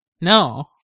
No